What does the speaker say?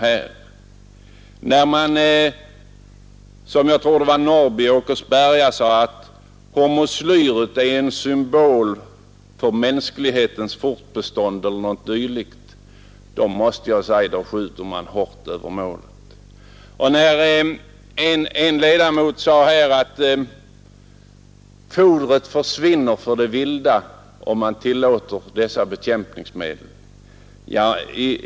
Jag tror att det var herr Norrby i Åkersberga som sade något om att hormoslyret är en symbol för mänsklighetens fortbestånd, eller något i den stilen, men då måste jag säga att man skjuter högt över målet. En annan ledamot sade att fodret försvinner för det vilda, om man tillåter dessa bekämpningsmedel.